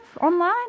online